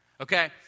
Okay